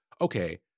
okay